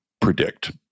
predict